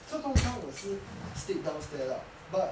so 通常我是 sleep downstairs lah but